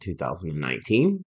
2019